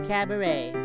Cabaret